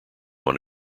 one